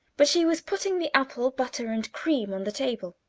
but she was putting the apple butter and cream on the table.